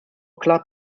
club